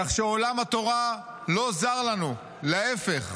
כך שעולם התורה לא זר לנו, להפך".